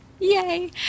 Yay